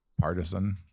partisan